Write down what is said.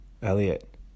Elliot